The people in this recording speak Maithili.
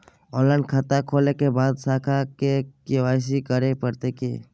ऑनलाइन खाता खोलै के बाद शाखा में के.वाई.सी करे परतै की?